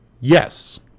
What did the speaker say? Yes